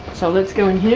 so let's go in here.